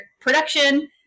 production